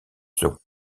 sont